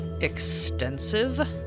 extensive